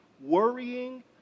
worrying